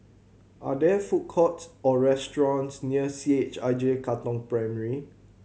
are there food courts or restaurants near C H I J Katong Primary